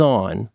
on